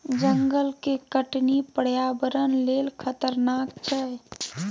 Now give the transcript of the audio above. जंगल के कटनी पर्यावरण लेल खतरनाक छै